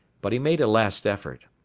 but he made a last effort.